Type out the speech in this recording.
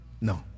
No